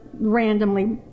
randomly